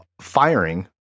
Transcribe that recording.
firing